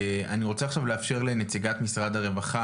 אני רוצה עכשיו לאפשר לנציגת משרד הרווחה,